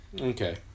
Okay